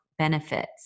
benefits